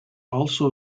also